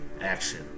action